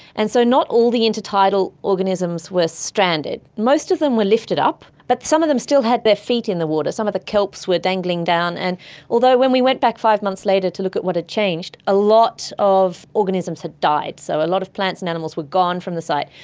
and so not all the intertidal organisms were stranded. most of them were lifted up, but some of them still had their feet in the water. some of the kelps were dangling down, and although when we went back five months later to look at what had changed, a lot of organisms had died. so a lot of plants and animals were gone from the site.